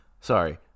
Sorry